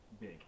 big